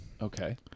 Okay